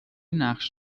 نقش